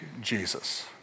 Jesus